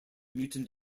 mutant